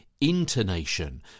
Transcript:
intonation